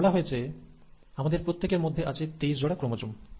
আগে বলা হয়েছে আমাদের প্রত্যেকের মধ্যে আছে 23 জোড়া ক্রোমোজোম